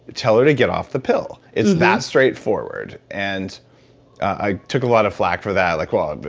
tell her to get off the pill. it's that straightforward, and i took a lot of flak for that. like, well, but